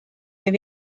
oedd